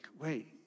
wait